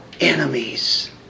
enemies